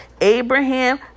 Abraham